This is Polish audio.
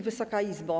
Wysoka Izbo!